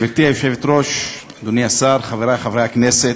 גברתי היושבת-ראש, אדוני השר, חברי חברי הכנסת,